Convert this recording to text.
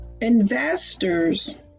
investors